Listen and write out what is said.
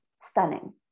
stunning